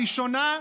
הראשונה,